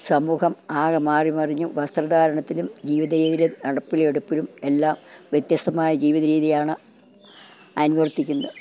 സമൂഹം ആകെ മാറി മറിഞ്ഞു വസ്ത്ര ധാരണത്തിലും ജീവിത രീതിയിലും നടപ്പിലും എടുപ്പിലും എല്ലാം വ്യത്യസ്തമായ ജീവിത രീതിയാണ് അന്വർത്തിക്കുന്നത്